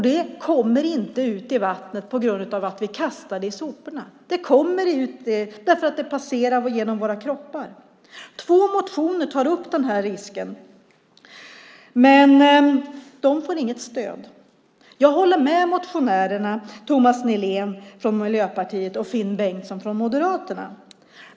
De kommer inte ut i vattnet på grund av att vi kastar dem i soporna. De kommer ut därför att de passerar våra kroppar. Två motioner tar upp den här risken, men de får inget stöd. Jag håller med motionärerna Thomas Nihlén från Miljöpartiet och Finn Bengtsson från Moderaterna.